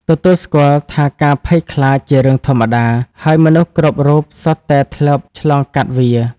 ទទួលស្គាល់ថាការភ័យខ្លាចជារឿងធម្មតា ហើយមនុស្សគ្រប់រូបសុទ្ធតែធ្លាប់ឆ្លងកាត់វា។